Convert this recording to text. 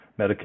Medicare